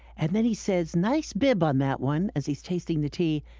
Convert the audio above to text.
and then he says, nice bib on that one as he's tasting the tea,